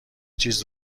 چیز